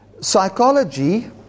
psychology